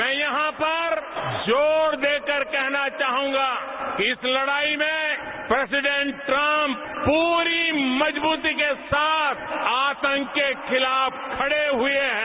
मैं यहां पर जोर देकर कहना चाहूंगा कि इस लड़ाई में प्रेसिडेंट ट्रम्प पूरी मजव्रती के साथ आतंक के खिलाफ खड़े हुए हैं